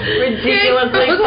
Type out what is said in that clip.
ridiculously